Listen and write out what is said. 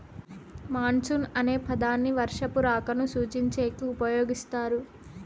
monsoon అనే పదాన్ని వర్షపు రాకను సూచించేకి ఉపయోగిస్తారు